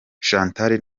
chantal